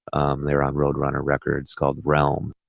um, they were on roadrunner records called realm.